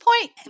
point